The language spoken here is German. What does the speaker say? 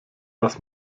was